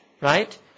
right